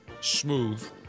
smooth